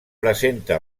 presenta